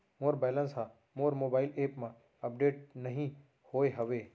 मोर balance हा मोर mobile app मा अपडेट नहीं होय हवे